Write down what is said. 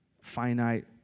finite